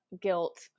guilt